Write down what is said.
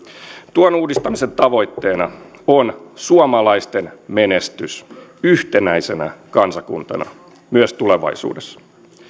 tuon uudistamisen tavoitteena on suomalaisten menestys yhtenäisenä kansakuntana myös tulevaisuudessa